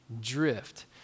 drift